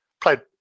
Played